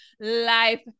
life